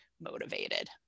motivated